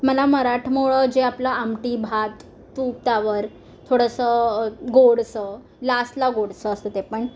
मला मराठमोळं जे आपलं आमटी भात तूप त्यावर थोडंसं गोडसं लास्टला गोडसं असतं ते पण